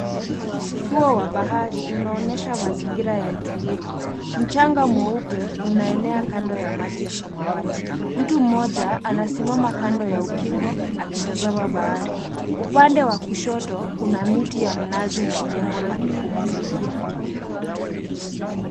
Ufuo wa bahari unaonesha mazingira ya utulivu. Mchanga mweupe unaenea kando ya maji ya samawati. Mtu mmoja anasimama kando ya ukingo akitazama bahari. Upande wa kushoto kuna miti ya mnazi na jengo la kupumzikia.